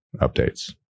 updates